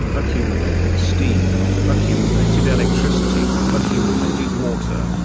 accumulated steam, accumulated electricity, accumulated water,